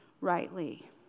rightly